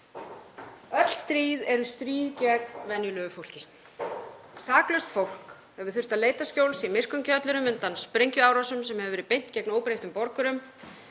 Öll stríð eru stríð gegn venjulegu fólki. Saklaust fólk hefur þurft að leita skjóls í myrkum kjöllurum undan sprengjuárásum sem hefur verið beint gegn óbreyttum borgurum,